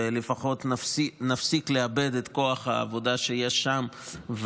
ולפחות נפסיק לאבד את כוח העבודה שיש שם,